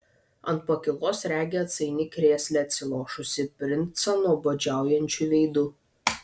ant pakylos regi atsainiai krėsle atsilošusį princą nuobodžiaujančiu veidu